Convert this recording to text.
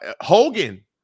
hogan